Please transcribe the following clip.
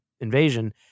invasion